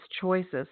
choices